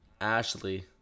Ashley